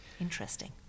interesting